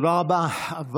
תודה רבה.